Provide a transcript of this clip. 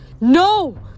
No